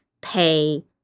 pay